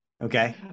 Okay